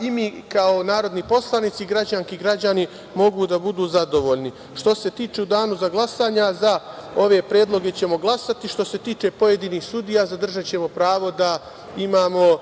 da mi kao narodni poslanici, građanke i građani, mogu da budu zadovoljni. Što se tiče, u Danu za glasanje, za ove predloge ćemo glasati. Što se tiče pojedinih sudija zadržaćemo pravo da imamo